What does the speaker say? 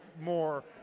more